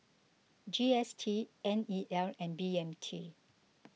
G S T N E L and B M T